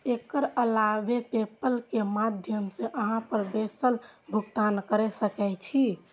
एकर अलावे पेपल के माध्यम सं अहां घर बैसल भुगतान कैर सकै छी